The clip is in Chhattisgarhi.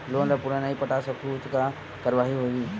लोन ला पूरा नई पटा सकहुं का कारवाही होही?